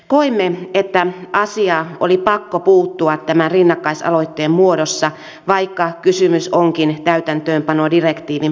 koimme että asiaan oli pakko puuttua tämän rinnakkaisaloitteen muodossa vaikka kysymys onkin täytäntöönpanodirektiivin toimeenpanosta